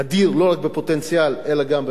לא רק בפוטנציאל אלא גם במעשה.